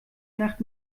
nacht